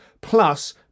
Plus